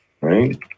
Right